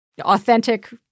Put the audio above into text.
authentic